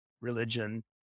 religion